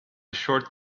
short